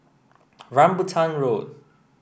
Rambutan Road